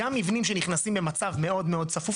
גם מבנים שנכנסים במצב מאוד מאוד צפוף,